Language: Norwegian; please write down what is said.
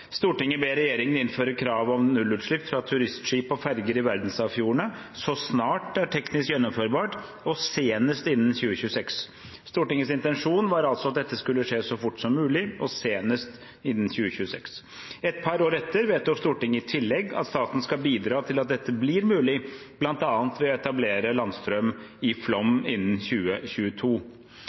ber regjeringen innføre krav om nullutslipp fra turistskip- og ferger i verdensarvfjordene så snart det er teknisk gjennomførbart, og senest innen 2026.» Stortingets intensjon var altså at dette skulle skje så fort som mulig, og senest innen 2026. Et par år etter vedtok Stortinget i tillegg at staten skal bidra til at dette blir mulig, bl.a. ved å etablere landstrøm i Flåm innen 2022.